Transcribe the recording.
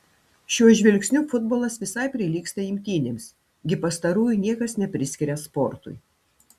šiuo žvilgsniu futbolas visai prilygsta imtynėms gi pastarųjų niekas nepriskiria sportui